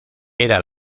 era